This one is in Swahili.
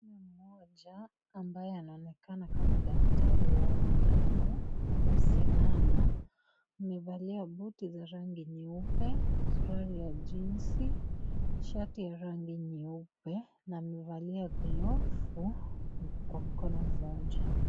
Mwanaume mmoja ambaye anaonekana kama daktari wa wanyama amesimama amevalia booti za rangi nyeupe suruali ya jeans shati ya rangi nyeupe na amevalia gloves kwa mkono wake.